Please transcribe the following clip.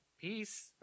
peace